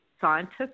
scientists